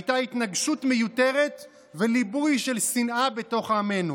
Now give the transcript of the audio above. הייתה התנגשות מיותרת וליבוי של שנאה בתוך עמנו.